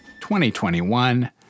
2021